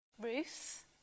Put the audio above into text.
Ruth